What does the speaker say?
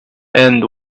end